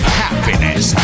happiness